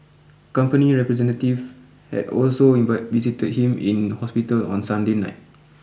company representative had also invite visited him in hospital on Sunday night